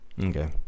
okay